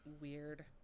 weird